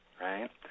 right